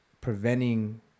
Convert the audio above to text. preventing